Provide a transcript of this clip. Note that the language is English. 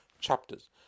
chapters